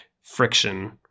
friction